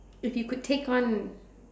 if you could take on